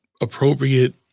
appropriate